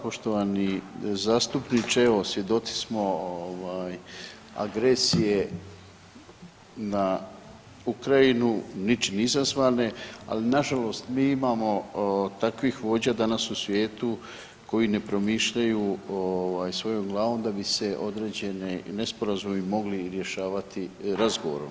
Poštovani zastupniče evo svjedoci smo agresije na Ukrajinu ničim izazvane, ali nažalost mi imamo takvih vođa danas u svijetu koji ne promišljaju ovaj svojom glavom da bi se određeni nesporazumi mogli rješavati razgovorom.